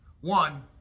One